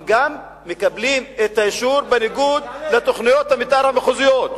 הם גם מקבלים את האישור בניגוד לתוכניות המיתאר המחוזיות.